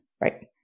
right